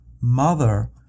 mother